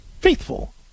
faithful